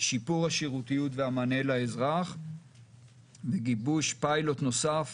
שיפור השירות והמענה לאזרח וגיבוש פיילוט נוסף